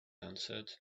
answered